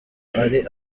ari